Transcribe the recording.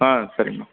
ஆ சரிம்மா